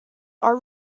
are